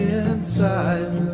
inside